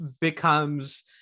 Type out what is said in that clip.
becomes